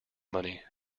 money